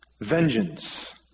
Vengeance